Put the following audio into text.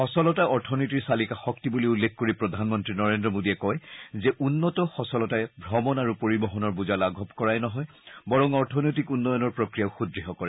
সচলতা অৰ্থনীতিৰ চালিকা শক্তি বুলি উল্লেখ কৰি প্ৰধানমন্ত্ৰী নৰেন্দ্ৰ মোডীয়ে কয় যে উন্নত সচলতাই ভ্ৰমণ আৰু পৰিবহনৰ বোজা লাঘৱ কৰাই নহয় বৰং অৰ্থনৈতিক উন্নয়নৰ প্ৰক্ৰিয়াও সুদৃঢ় কৰে